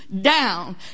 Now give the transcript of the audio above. down